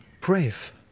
brave